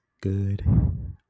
good